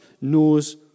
knows